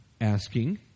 asking